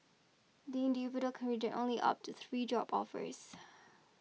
the individual can reject only up to three job offers